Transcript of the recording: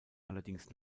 allerdings